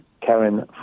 Karen